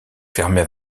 fermées